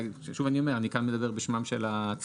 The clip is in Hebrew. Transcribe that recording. שוב אני אומר אני מדבר כאן בשמם של הצרכנים,